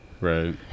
Right